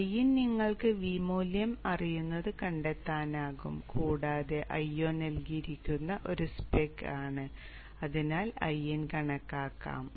Iin നിങ്ങൾക്ക് V മൂല്യം അറിയുന്നത് കണ്ടെത്താനാകും കൂടാതെ Io നൽകിയിരിക്കുന്ന ഒരു സ്പെക് ആണ് അതിനാൽ Iin കണക്കാക്കാം